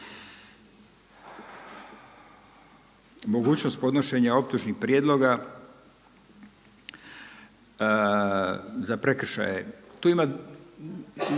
Mogućnost podnošenja optužnih prijedloga za prekršaje, tu ima